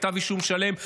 כתב אישום שלם.